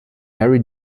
harry